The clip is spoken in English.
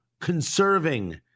conserving